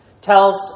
tells